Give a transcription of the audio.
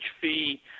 fee